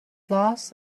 loss